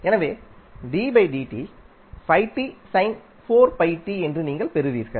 எனவே என்று நீங்கள் பெறுவீர்கள்